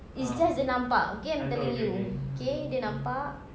it's just dia nampak okay I'm telling you okay dia nampak